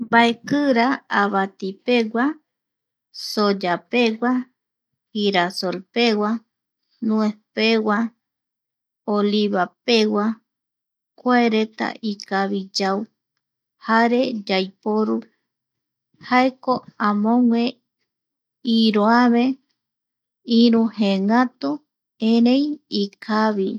Mbaekira avatipegua, soyapegua, girasolpegua, nuez pegua, oliva pegua, kuareta ikavi yau jare yaiporo jaeko amogue iroave, iru jeengatu erei ikavi